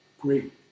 great